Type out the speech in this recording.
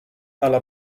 alla